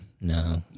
No